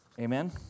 Amen